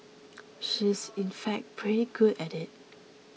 she is in fact pretty good at it